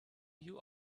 you